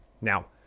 Now